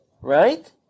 Right